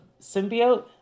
symbiote